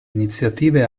iniziative